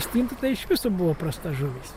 stinta tai iš viso buvo prasta žuvis